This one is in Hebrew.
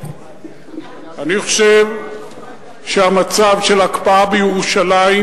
אני חושב שהמצב של ההקפאה בירושלים,